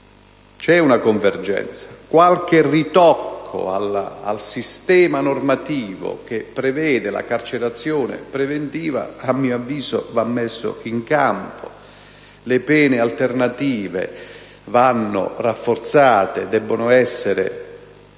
c'è una convergenza: qualche ritocco al sistema normativo che prevede la carcerazione preventiva, a mio avviso, va messo in campo. Le pene alternative vanno rafforzate e devono essere